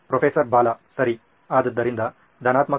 professor Bala ಸರಿ ಆದ್ದರಿಂದ ಧನಾತ್ಮಕ